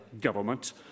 Government